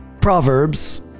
Proverbs